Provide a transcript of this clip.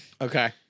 Okay